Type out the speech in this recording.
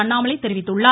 அண்ணாமலை தெரிவித்துள்ளார்